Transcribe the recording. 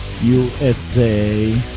USA